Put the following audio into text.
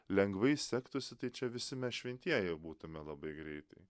lengvai sektųsi tai čia visi mes šventieji būtume labai greitai